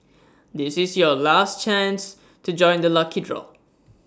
this is your last chance to join the lucky draw